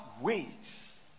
ways